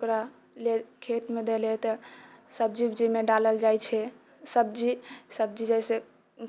ओकरा लए खेतमे देलै तऽ सब्जी उब्जीमे डालल जाइ छै सब्जी सब्जी जैसे